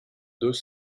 deux